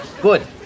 good